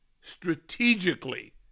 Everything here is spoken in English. strategically